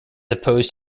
opposed